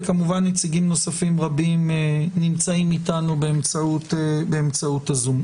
וכמובן נציגים רבים נוספים נמצאים איתנו באמצעות הזום.